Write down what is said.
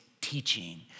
teaching